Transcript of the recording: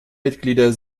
mitglieder